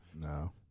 No